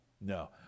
No